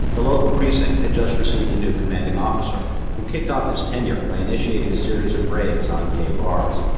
the local precinct had just received a new commanding officer who kicked off his tenure by initiating a series of raids on gay bars.